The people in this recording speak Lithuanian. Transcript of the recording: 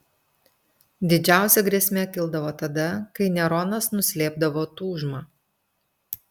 didžiausia grėsmė kildavo tada kai neronas nuslėpdavo tūžmą